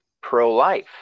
pro-life